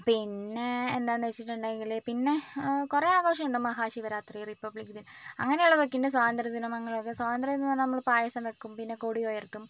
പിന്നെ എന്താണെന്ന് വെച്ചിട്ടുണ്ടെങ്കിൽ പിന്നെ കുറേ ആഘോഷമുണ്ട് മഹാ ശിവരാത്രി റിപ്പബ്ലിക്ക് ദിനം അങ്ങനെ ഉള്ളതൊക്കെയുണ്ട് സ്വാതന്ത്ര്യ ദിനം അങ്ങനെയൊക്കെ സ്വാതന്ത്ര്യ ദിനം എന്ന് പറഞ്ഞാൽ നമ്മൾ പായസം വയ്ക്കും പിന്നെ കൊടി ഉയർത്തും